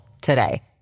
today